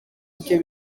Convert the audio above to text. ibyo